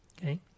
okay